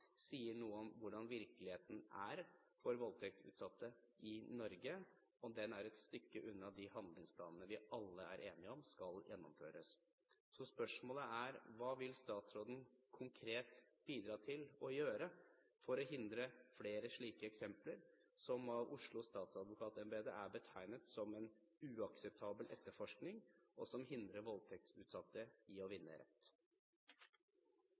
sier noe om hvordan virkeligheten er for voldtektsutsatte i Norge. Den er et stykke unna de handlingsplanene vi alle er enige om skal gjennomføres, så spørsmålet er: Hva vil statsråden konkret bidra med for å hindre flere slike eksempler på det som av Oslo statsadvokatembeter er betegnet som uakseptabel etterforsking, og som hindrer voldtektsutsatte i å vinne rett?